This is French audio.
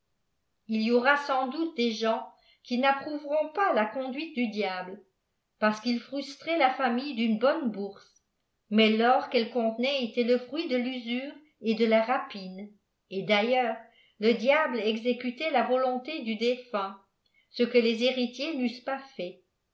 il y aura sans doute des gens qui n'approuvçront pas la con duite du diable parce qu'il frustrait la famille d'une bonne bourse mais l'or qu'elle contenait était le fruit dé l'usure et de la rapine et d'ailleurs le diable exécutait la volonté du défiint ce que lea héritiers n'eussent pas fait